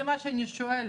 זה מה שאני שואלת,